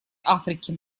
африки